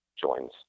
joins